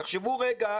תחשבו רגע